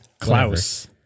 Klaus